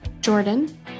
Jordan